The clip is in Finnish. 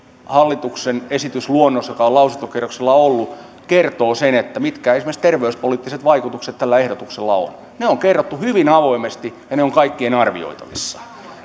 hallituksen esitysluonnos joka on lausuntokierroksella ollut kertoo sen mitkä esimerkiksi terveyspoliittiset vaikutukset tällä ehdotuksella on ne on kerrottu hyvin avoimesti ja ne ovat kaikkien arvioitavissa